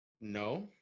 No